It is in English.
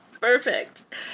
Perfect